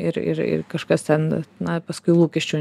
ir ir ir kažkas ten na paskui lūkesčių